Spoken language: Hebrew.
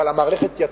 אבל המערכת יציבה.